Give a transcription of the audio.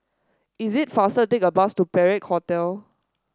is it faster take a bus to Perak Hotel